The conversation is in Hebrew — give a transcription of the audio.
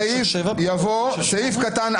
ההסתייגות נפלה.